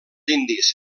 indis